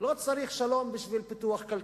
לא צריך שלום בשביל פיתוח כלכלי.